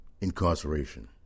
incarceration